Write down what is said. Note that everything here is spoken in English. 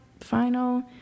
final